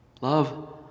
love